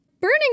Burning